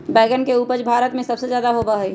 बैंगन के उपज भारत में सबसे ज्यादा होबा हई